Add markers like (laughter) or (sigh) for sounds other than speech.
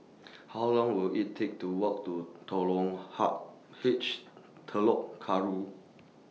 How Long Will IT Take to Walk to (unintelligible) Ha H Telok Kurau